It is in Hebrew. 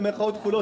במירכאות כפולות,